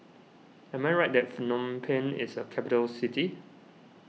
am I right that Phnom Penh is a capital city